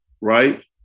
right